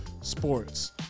Sports